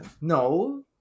no